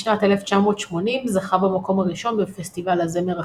בשנת 1980 זכה במקום הראשון בפסטיבל הזמר החסידי.